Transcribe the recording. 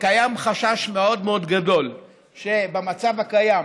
קיים חשש מאוד מאוד גדול שבמצב הקיים,